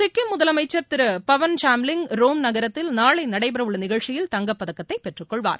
சிக்கிம் முதலமைச்சர் திரு பவன் சாம்லிங் ரோம் நகரத்தில் நாளை நடைபெறவுள்ள நிகழ்ச்சியில் தங்கப்பதக்கத்தை பெற்றுக்கொள்வார்